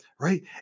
right